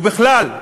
ובכלל,